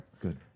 Good